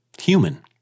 human